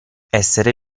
essere